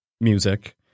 music